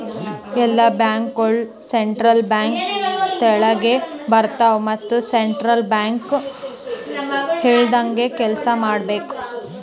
ಎಲ್ಲಾ ಬ್ಯಾಂಕ್ಗೋಳು central bank ತೆಳಗೆ ಬರ್ತಾವ ಮತ್ ಸೆಂಟ್ರಲ್ ಬ್ಯಾಂಕ್ ಹೇಳ್ದಂಗೆ ಕೆಲ್ಸಾ ಮಾಡ್ಬೇಕ್